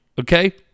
okay